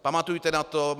Pamatujte na to.